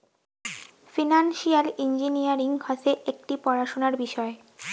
financial engineering হসে একটি পড়াশোনার বিষয়